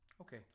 Okay